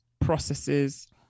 processes